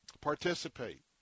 Participate